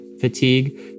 fatigue